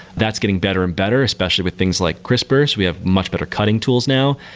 that's getting better and better, especially with things like crisprs. we have much better cutting tools now.